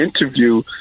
interview